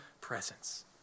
presence